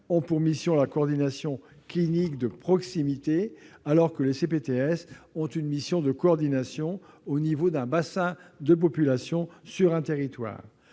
ont pour mission la coordination clinique de proximité, alors que les secondes exercent une mission de coordination au niveau d'un bassin de population sur un territoire.